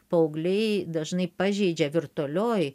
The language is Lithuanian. paaugliai dažnai pažeidžia virtualioj